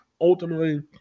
Ultimately